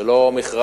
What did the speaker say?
זה לא מכרז